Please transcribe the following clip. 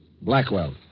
Blackwell